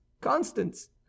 Constance